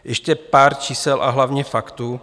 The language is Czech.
Ještě pár čísel a hlavně faktů.